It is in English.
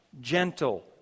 gentle